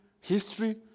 History